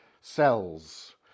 cells